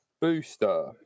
booster